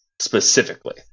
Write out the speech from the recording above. specifically